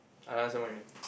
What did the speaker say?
I understand what you mean